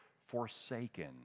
forsaken